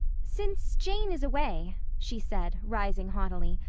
since jane is away, she said, rising haughtily,